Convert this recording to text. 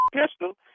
pistol